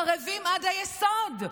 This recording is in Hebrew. חרבים עד היסוד.